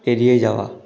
এড়িয়ে যাওয়া